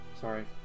Sorry